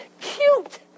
cute